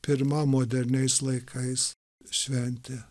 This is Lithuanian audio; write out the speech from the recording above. pirma moderniais laikais šventė